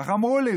כך אמרו לי.